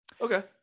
Okay